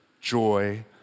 joy